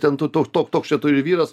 ten tu toks toks toks čia tu ne vyras